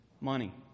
Money